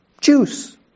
Juice